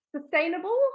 Sustainable